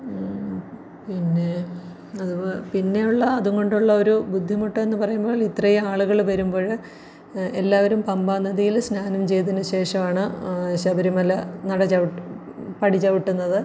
പിന്നെ അതുപോ പിന്നെയുള്ള അതുകൊണ്ടുള്ളൊരു ബുദ്ധിമുട്ടെന്ന് പറയുമ്പോൾ ഇത്രയും ആളുകൾ വരുമ്പം എല്ലാവരും പമ്പാ നദിയിൽ സ്നാനം ചെയ്തതിന് ശേഷമാണ് ശബരിമല നട ചവി പടി ചവിട്ടുന്നത്